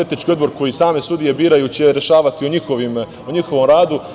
Etički odbor koji same sudije biraju će rešavati o njihovom radu.